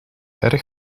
erg